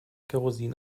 kerosin